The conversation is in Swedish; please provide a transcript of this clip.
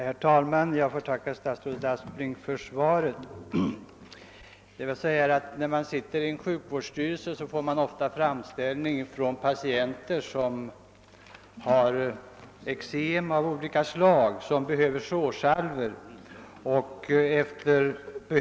Herr talman! Jag tackar statsrådet Aspling för svaret. När man sitter med i en sjukvårdsstyrelse får man ofta ta del av fram ställningar om ekonomiskt bidrag från patienter med olika slags eksem, som de behöver salvor för.